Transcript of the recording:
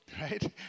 right